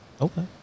Okay